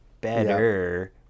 better